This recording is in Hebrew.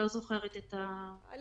זה